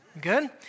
Good